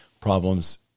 problems